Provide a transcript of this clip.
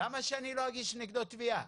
למה שאני לא אגיש נגדו תביעה?